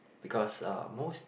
because uh most